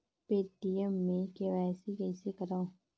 Paytm मे KYC कइसे करव?